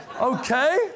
Okay